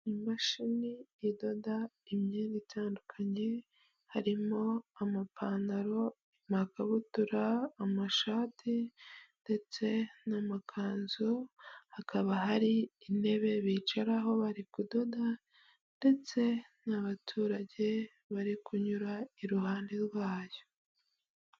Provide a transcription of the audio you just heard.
Imashini idoda imyenda itandukanye, harimo amapantaro, amakabutura, amashate, ndetse n'amakanzu. Hakaba hari intebe bicaraho bari kudoda, ndetse n'abaturage bari kunyura iruhande rwayo.